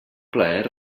plaer